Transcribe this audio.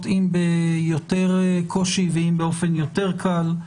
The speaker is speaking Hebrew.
אם ביותר קושי ואם באופן יותר קל,